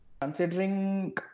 Considering